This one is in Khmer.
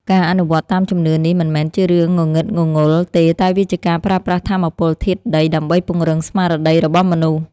ការអនុវត្តតាមជំនឿនេះមិនមែនជារឿងងងឹតងងុលទេតែវាជាការប្រើប្រាស់ថាមពលធាតុដីដើម្បីពង្រឹងស្មារតីរបស់មនុស្ស។